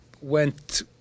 went